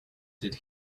did